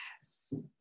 yes